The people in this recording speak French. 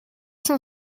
cent